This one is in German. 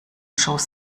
schoß